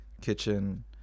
kitchen